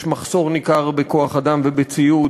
יש מחסור ניכר בכוח-אדם ובציוד,